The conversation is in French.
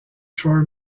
shore